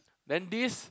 then this